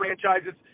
franchises